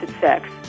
sex